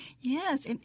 Yes